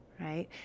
right